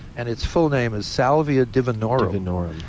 and it's full name is salvia divinorum. divinorum.